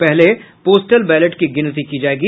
पहले postal ballot की गिनती की जायेगी